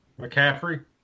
McCaffrey